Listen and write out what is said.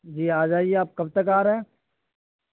جی آ جائیے آپ کب تک آ رہے ہیں